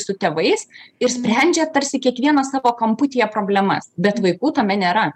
su tėvais ir sprendžia tarsi kiekvienas savo kamputyje problemas bet vaikų tame nėra